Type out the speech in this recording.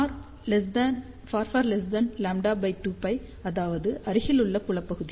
r λ2π அதாவது அருகிலுள்ள புலப் பகுதி